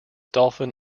dolphin